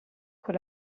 con